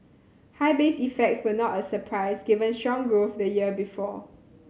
high base effects were not a surprise given strong growth the year before